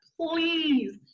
please